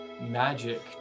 magic